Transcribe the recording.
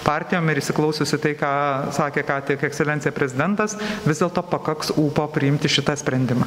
partijom ir įsiklausius į tai ką sakė ką tik ekscelencija prezidentas vis dėlto pakaks ūpo priimti šitą sprendimą